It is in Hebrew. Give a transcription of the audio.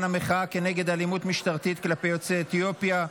המחאה כנגד אלימות משטרתית כלפי יוצאי אתיופיה,